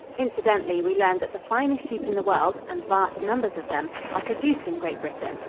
incidentally we learned that the finest sheep in the world and vast numbers of them are produced in great britain.